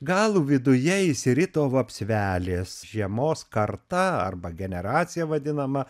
galų viduje išsirito vapsvelės žiemos karta arba generacija vadinama